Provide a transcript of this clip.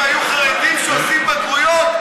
אם היו חרדים שעושים בגרויות,